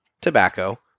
tobacco